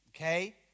Okay